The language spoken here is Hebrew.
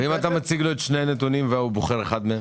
ואם אתה מציג לו את שני הנתונים והוא בוחר אחד מהם?